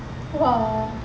!wah!